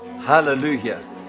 Hallelujah